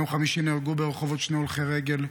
ביום חמישי נהרגו ברחובות שני הולכי רגל,